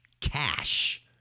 cash